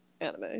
anime